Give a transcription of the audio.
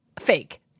Fake